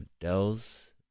Dell's